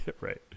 right